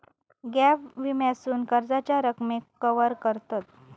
gap विम्यासून कर्जाच्या रकमेक कवर करतत